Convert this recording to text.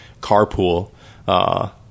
carpool